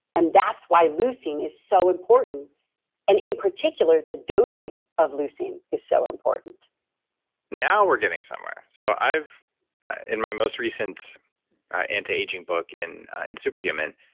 and that's why leucine is so important and in particular, the dosing of leucine is so important now, we're getting somewhere. so, in my most recent anti-aging book in in super human,